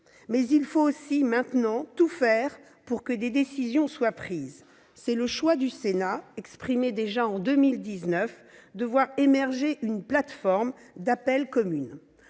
Mais il faut aussi maintenant tout faire pour que des décisions soient prises. Le choix du Sénat, exprimé déjà en 2019, est de voir émerger une plateforme d'appel commune.